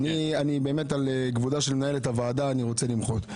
באמת על כבודה של מנהלת הוועדה אני רוצה למחות.